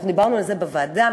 דיברנו על זה בוועדה.